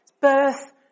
birth